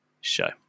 Show